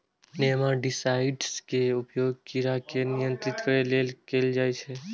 nematicides के उपयोग कीड़ा के नियंत्रित करै लेल कैल जाइ छै